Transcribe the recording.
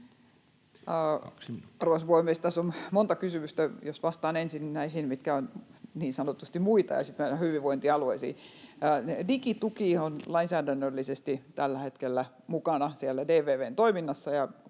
Arvoisa puhemies! Tässä on monta kysymystä — jos vastaan ensin näihin, mitkä ovat niin sanotusti muita, ja sitten mennään hyvinvointialueisiin. Digituki on lainsäädännöllisesti tällä hetkellä mukana siellä DVV:n toiminnassa